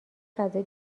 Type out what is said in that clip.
غذای